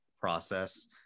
process